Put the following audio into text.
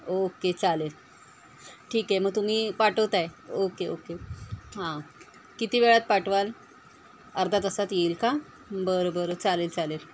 okay चालेल ठीक आहे मग तुम्ही पाठवत आहे ओके ओके हां किती वेळात पाठवाल अर्धा तासात येईल का बरं बरं चालेल चालेल